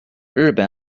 日本